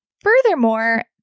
Furthermore